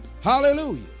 hallelujah